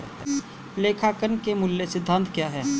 लेखांकन के मूल सिद्धांत क्या हैं?